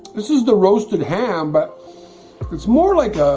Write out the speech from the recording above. this is the roasted ham, but it's more like